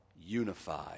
unified